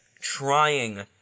trying